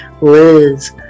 Liz